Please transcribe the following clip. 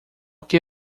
que